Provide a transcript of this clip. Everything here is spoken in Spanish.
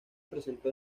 presentó